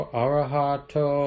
arahato